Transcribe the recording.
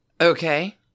Okay